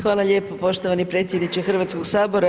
Hvala lijepo poštovani predsjedniče Hrvatskog sabora.